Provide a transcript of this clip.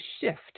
shift